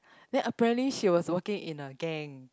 then apparently she was working in a gang